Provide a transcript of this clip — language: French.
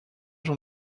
dans